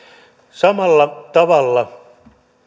samalla tavalla